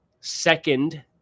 second